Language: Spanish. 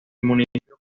municipio